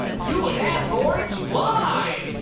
do an ask orange live?